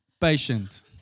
patient